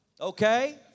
Okay